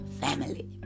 family